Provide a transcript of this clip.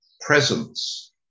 presence